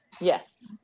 yes